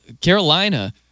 Carolina